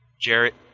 Jarrett